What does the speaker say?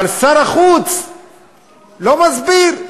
אבל שר החוץ לא מסביר.